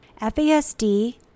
FASD